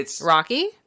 Rocky